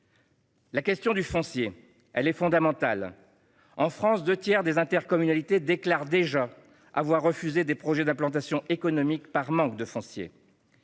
La question du foncier est fondamentale. En France, deux tiers des intercommunalités déclarent avoir déjà refusé des projets d'implantation économique par manque de foncier.